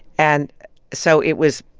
and so it was,